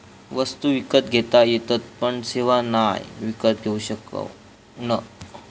वस्तु विकत घेता येतत पण सेवा नाय विकत घेऊ शकणव